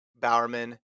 Bowerman